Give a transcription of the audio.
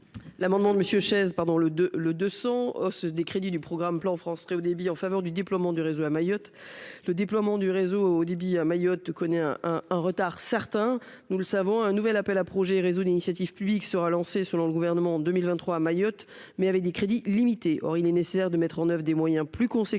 le deux le deux cent hausse des crédits du programme plan France très haut débit en faveur du déploiement du réseau à Mayotte, le déploiement du réseau haut débit à Mayotte connaît un un retard certain, nous le savons, un nouvel appel à projets, réseaux d'initiative publique sera lancée, selon le gouvernement, en 2023 à Mayotte, mais avec des crédits limité, or il est nécessaire de mettre en oeuvre des moyens plus conséquents